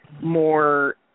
more